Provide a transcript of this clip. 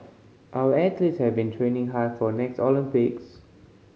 our athletes have been training hard for the next Olympics